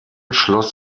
schloss